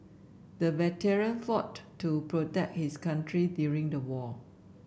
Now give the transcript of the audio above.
the veteran fought to protect his country during the war